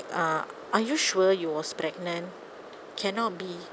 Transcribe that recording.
uh are you sure you was pregnant cannot be